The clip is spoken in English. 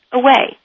away